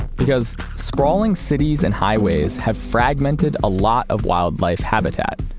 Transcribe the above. because sprawling cities and highways have fragmented a lot of wildlife habitat.